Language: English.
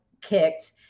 kicked